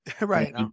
Right